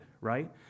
right